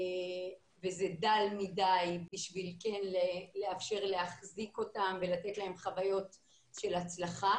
וזה דל מדיי בשביל כן לאפשר להחזיק אותם ולתת להם חוויות של הצלחה.